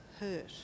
hurt